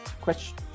question